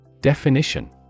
Definition